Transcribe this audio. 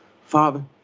father